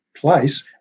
place